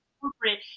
corporate